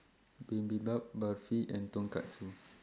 Bibimbap Barfi and Tonkatsu